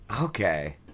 Okay